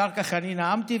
אחר כך אני נאמתי,